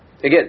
Again